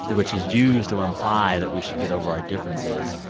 which is used to imply that we should get over our differences.